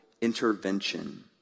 intervention